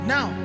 Now